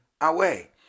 away